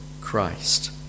Christ